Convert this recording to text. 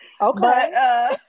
Okay